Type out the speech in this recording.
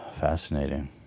Fascinating